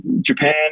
japan